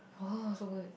oh so good